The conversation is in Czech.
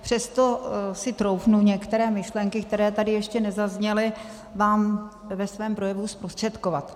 Přesto si troufnu některé myšlenky, které tady ještě nezazněly, vám ve svém projevu zprostředkovat.